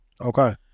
Okay